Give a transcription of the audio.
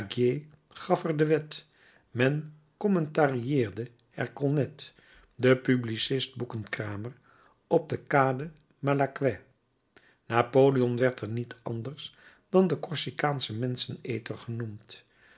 de wet men commentarieerde er colnet den publicist boekenkramer op de kade malaquais napoleon werd er niet anders dan de korsikaansche menscheneter genoemd